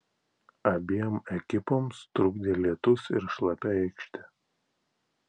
abiem ekipoms trukdė lietus ir šlapia aikštė